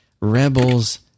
Rebels